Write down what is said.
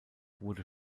wurde